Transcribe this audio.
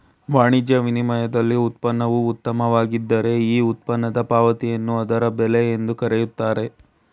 ವಾಣಿಜ್ಯ ವಿನಿಮಯದಲ್ಲಿ ಉತ್ಪನ್ನವು ಉತ್ತಮವಾಗಿದ್ದ್ರೆ ಈ ಉತ್ಪನ್ನದ ಪಾವತಿಯನ್ನು ಅದರ ಬೆಲೆ ಎಂದು ಕರೆಯುತ್ತಾರೆ